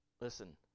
Listen